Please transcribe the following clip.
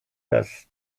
das